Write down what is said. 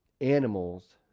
animals